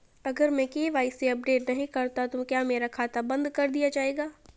अगर मैं KYC update नहीं करता तो क्या मेरा खाता बंद कर दिया जाएगा?